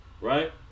right